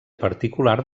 particular